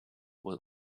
was